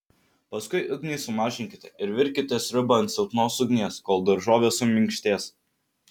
paskui ugnį sumažinkite ir virkite sriubą ant silpnos ugnies kol daržovės suminkštės